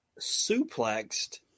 suplexed